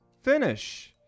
Finish